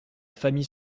famille